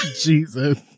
Jesus